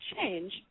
change